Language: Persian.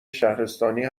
شهرستانی